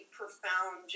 profound